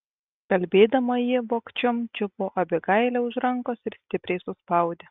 kalbėdama ji vogčiom čiupo abigailę už rankos ir stipriai suspaudė